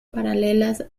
paralelas